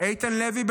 איתן לוי,